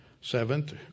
Seventh